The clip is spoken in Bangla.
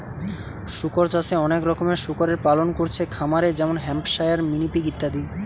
শুকর চাষে অনেক রকমের শুকরের পালন কোরছে খামারে যেমন হ্যাম্পশায়ার, মিনি পিগ ইত্যাদি